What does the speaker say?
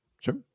Sure